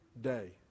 day